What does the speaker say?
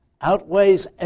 outweighs